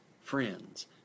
friends